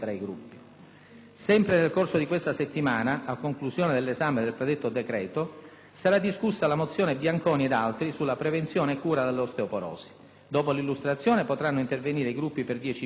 Sempre nel corso di questa settimana, a conclusione dell'esame del predetto decreto, sarà discussa la mozione Bianconi ed altri sulla prevenzione e cura dell'osteoporosi. Dopo l'illustrazione potranno intervenire i Gruppi per dieci minuti ciascuno.